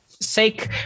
sake